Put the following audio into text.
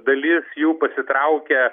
dalis jų pasitraukia